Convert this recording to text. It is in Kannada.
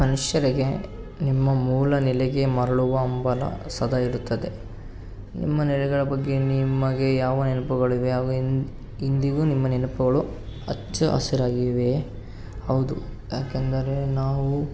ಮನುಷ್ಯರಿಗೆ ನಿಮ್ಮ ಮೂಲ ನೆಲೆಗೆ ಮರಳುವ ಹಂಬಲ ಸದಾ ಇರುತ್ತದೆ ನಿಮ್ಮ ನೆಲೆಗಳ ಬಗ್ಗೆ ನಿಮಗೆ ಯಾವ ನೆನಪುಗಳು ಇವೆ ಅವು ಎಂದ್ ಇಂದಿಗೂ ನಿಮ್ಮ ನೆನಪುಗಳು ಹಚ್ಚ ಹಸಿರಾಗಿವೆಯೇ ಹೌದು ಯಾಕೆಂದರೆ ನಾವು